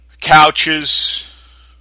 Couches